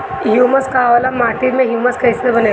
Humus का होला माटी मे ह्यूमस कइसे बनेला?